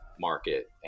market